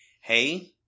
hey